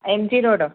MG road